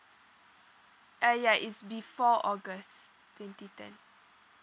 ah ya is before august twenty ten